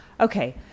Okay